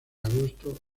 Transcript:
agosto